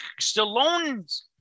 Stallone